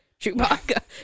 Chewbacca